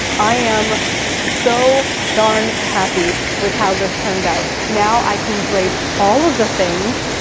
i am so darn happy with how this turned out. now i can drape all of the things,